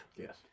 Yes